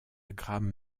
gram